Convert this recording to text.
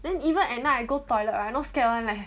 then even at night I go toilet right not scared one leh